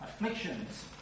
afflictions